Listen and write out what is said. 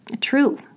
true